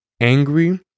angry